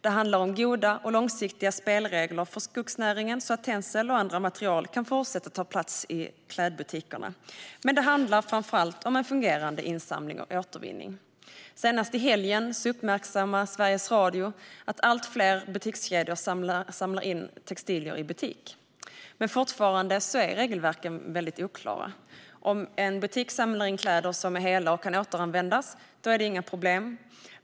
Det handlar om goda och långsiktiga spelregler för skogsnäringen så att tencel och andra material kan fortsätta ta plats i klädbutikerna. Men framför allt handlar det om en fungerande insamling och återvinning. Senast i helgen uppmärksammade Sveriges Radio att allt fler butikskedjor samlar in textilier i butik. Fortfarande är dock regelverken väldigt oklara. Om en butik samlar in kläder som är hela och kan återanvändas är det inga problem.